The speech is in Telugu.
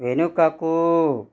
వెనుకకు